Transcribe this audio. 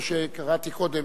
או שקראתי קודם.